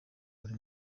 buri